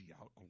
out